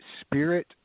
spirit